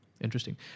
Interesting